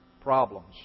problems